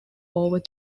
over